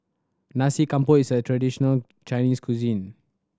Nasi Campur is a traditional Chinese cuisine